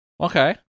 okay